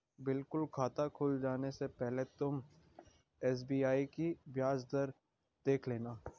बिल्कुल खाता खुल जाने से पहले तुम एस.बी.आई की ब्याज दर देख लेना